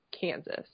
Kansas